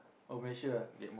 oh Malaysia ah